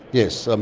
yes, um